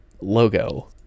logo